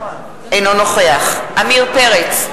אינו נוכח עמיר פרץ,